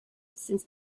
since